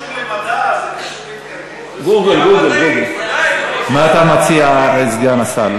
קשור למדע, מה אתה מציע, סגן השר?